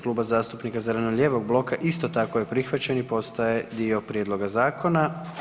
Kluba zastupnika zeleno-lijevog bloka isto tako je prihvaćen i postaje dio prijedloga zakona.